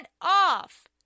off